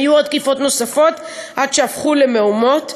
היו תקיפות נוספות, שהפכו למהומות.